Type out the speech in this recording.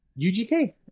UGK